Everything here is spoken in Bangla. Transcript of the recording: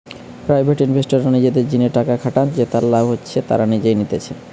প্রাইভেট ইনভেস্টররা নিজেদের জিনে টাকা খাটান জেতার লাভ তারা নিজেই নিতেছে